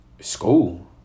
school